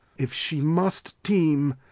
if she must teem,